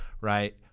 right